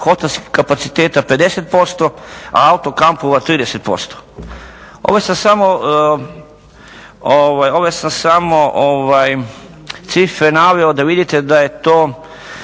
hotelskih kapaciteta 50% a autokampova 30%. Ove sam samo cifre naveo da vidite da je to